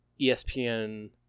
espn